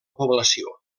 població